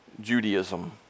Judaism